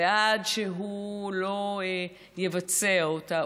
ועד שהוא לא יבצע אותה,